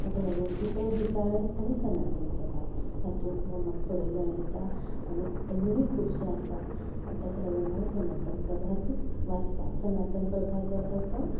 ताका लागून इतर दिसाळें आनी सनातन प्रभात हातूंत बी म्हाका फरक जाणवता आनी अजुनूय खुबशें आसा आनी ताका लागून हांव सनातन प्रभातच वासता सनातन प्रभात जो आसा तो